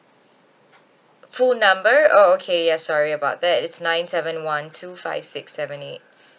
full number oh okay ya sorry about that it's nine seven one two five six seven eight